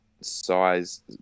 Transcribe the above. size